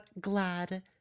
glad